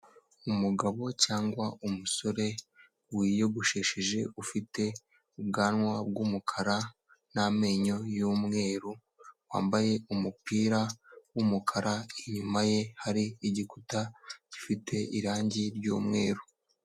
Umugabo cyangwa umusore wiyogoshesheje ufite ubwanwa bw'umukara n'amenyo y'umweru wambaye umupira w'umukara. Inyuma ye hari igikuta gifite irangi ry'umweru.